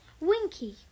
Winky